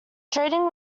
trading